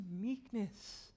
meekness